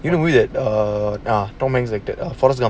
maybe it's the err err tom hanks in it forest gump